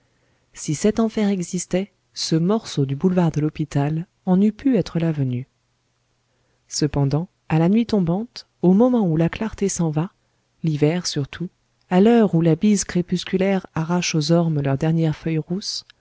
si cet enfer existait ce morceau du boulevard de l'hôpital en eût pu être l'avenue cependant à la nuit tombante au moment où la clarté s'en va l'hiver surtout à l'heure où la bise crépusculaire arrache aux ormes leurs dernières feuilles rousses